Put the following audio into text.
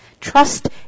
Trust